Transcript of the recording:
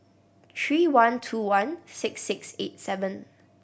three one two one six six eight seven